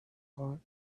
heart